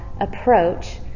approach